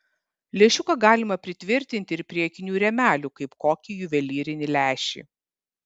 lęšiuką galima pritvirtinti ir prie akinių rėmelių kaip kokį juvelyrinį lęšį